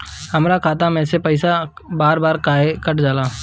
हमरा खाता में से पइसा बार बार काहे कट जाला?